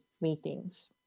meetings